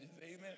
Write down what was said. amen